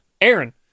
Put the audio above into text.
Aaron